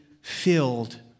filled